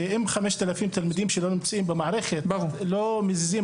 ואם 5,000 ילדים שלא נמצאים בתוך המערכת לא מזיזים